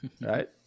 Right